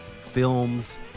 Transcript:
films